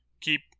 keep